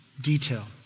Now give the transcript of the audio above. detail